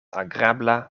agrabla